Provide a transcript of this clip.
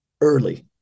early